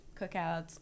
cookouts